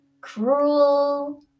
cruel